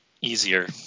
easier